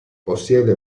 possiede